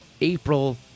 April